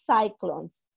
cyclones